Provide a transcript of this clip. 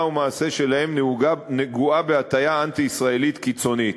ומעשה שלהם נגועים בהטיה אנטי-ישראלית קיצונית.